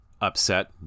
upset